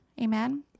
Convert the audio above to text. amen